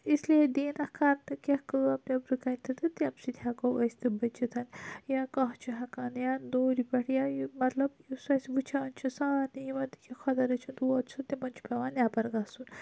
اسلے دینَکھ کَرنہٕ کیٚنٛہہ کٲم نٮ۪برٕ کٔنۍ تہِ تہٕ تمہ سۭتۍ ہیٚکو أسۍ تہِ بٔچِتھَن یا کانٛہہ چھِ ہیٚکان یا دورِ پٮ۪ٹھ یا یہِ مَطلَب یُس أسۍ وُچھان چھ سٲرنٕے یِمَن چھِ خۄدا رٔچھِنۍ دود چھُ تِمَن چھُ پیٚوان نٮ۪بَر گَژھن